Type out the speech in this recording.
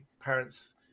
parents